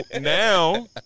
now